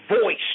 voice